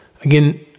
Again